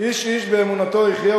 איש באמונתו יחיה,